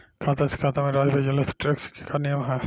खाता से खाता में राशि भेजला से टेक्स के का नियम ह?